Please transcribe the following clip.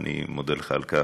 ואני מודה לך על כך.